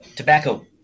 Tobacco